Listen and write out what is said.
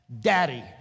Daddy